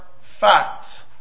facts